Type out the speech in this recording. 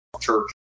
church